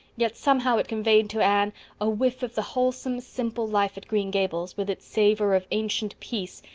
yet somehow it conveyed to anne a whiff of the wholesome, simple life at green gables, with its savor of ancient peace,